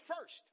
first